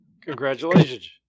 Congratulations